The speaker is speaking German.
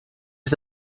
ich